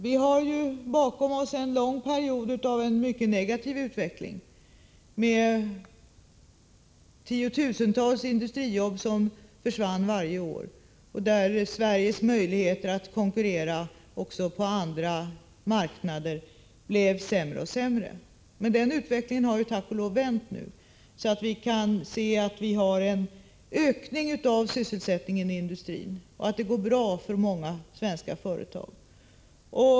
Vi har bakom oss en lång period av mycket negativ utveckling då tiotusentals industrijobb försvann varje år och Sveriges möjligheter att konkurrera på andra marknader blev sämre och sämre. Men den utvecklingen har tack och lov vänt nu. Vi kan se att vi har en ökning av sysselsättningen i industrin och att det går bra för många svenska företag.